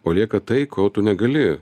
o lieka tai ko tu negali